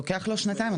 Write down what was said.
לוקח לו שנתיים.